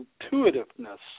intuitiveness